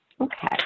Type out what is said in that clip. Okay